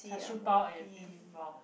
char-siew-pao and red-bean-pao